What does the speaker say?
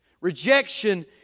Rejection